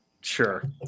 sure